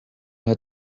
had